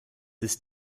ist